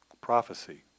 Prophecy